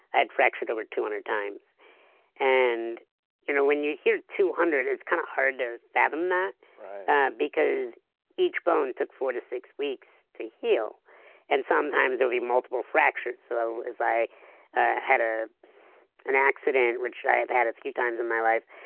i had fractured over two hundred times and you know when you hear two hundred, it's kind of hard to fathom that because each bone took four to six weeks to heal and sometimes there'll be multiple fractures so if i ah had ah an accident which i have had a few times in my life,